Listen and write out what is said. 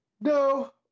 No